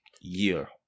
year